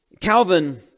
Calvin